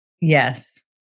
Yes